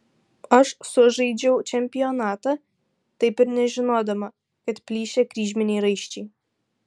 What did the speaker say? aš sužaidžiau čempionatą taip ir nežinodama kad plyšę kryžminiai raiščiai